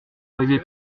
arriver